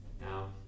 Now